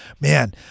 Man